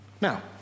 Now